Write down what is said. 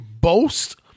boast